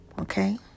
okay